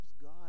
God